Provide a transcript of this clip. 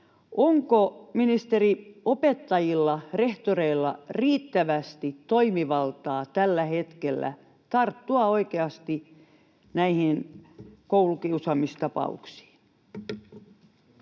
onko, ministeri, opettajilla ja rehtoreilla riittävästi toimivaltaa tällä hetkellä tarttua oikeasti näihin koulukiusaamistapauksiin?